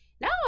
No